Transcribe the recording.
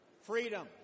Freedom